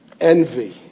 envy